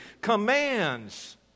commands